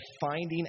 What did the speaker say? finding